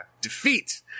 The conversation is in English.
defeat